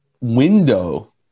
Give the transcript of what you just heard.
window